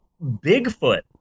bigfoot